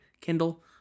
Kindle